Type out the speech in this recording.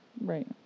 Right